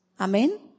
Amen